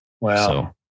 Wow